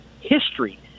History